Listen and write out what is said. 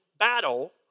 battle